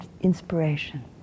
inspiration